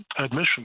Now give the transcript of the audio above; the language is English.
admission